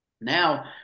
Now